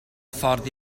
ffordd